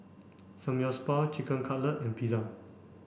Samgyeopsal Chicken Cutlet and Pizza